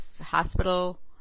Hospital